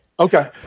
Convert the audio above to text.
Okay